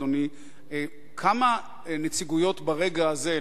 אדוני: כמה נציגויות ברגע הזה,